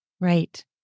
Right